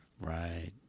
Right